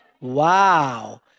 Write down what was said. Wow